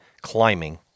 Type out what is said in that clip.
climbing